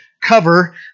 Cover